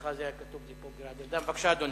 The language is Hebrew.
בבקשה, אדוני.